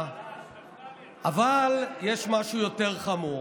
אבל יש משהו יותר חמור.